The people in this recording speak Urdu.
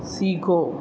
سیکھو